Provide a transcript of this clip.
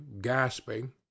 gasping